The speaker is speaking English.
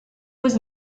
was